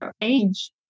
age